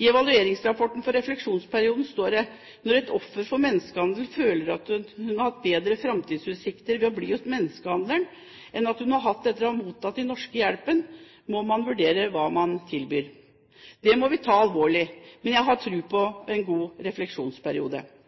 I evalueringsrapporten for refleksjonsperioden står det: «Når et offer for menneskehandel føler at hun hadde hatt bedre framtidsutsikter ved å bli hos menneskehandleren enn hun har etter å ha tatt imot den norske hjelpen, må man vurdere hva man tilbyr.» Det må vi ta alvorlig, men jeg har tro på en god refleksjonsperiode.